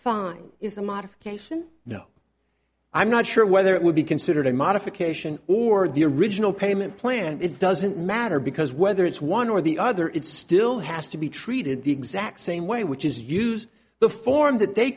fine is a modification no i'm not sure whether it would be considered a modification or the original payment plan and it doesn't matter because whether it's one or the other it still has to be treated the exact same way which is use the form that they